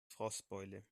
frostbeule